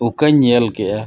ᱚᱠᱟᱧ ᱧᱮᱞ ᱠᱮᱜᱼᱟ